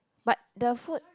but the food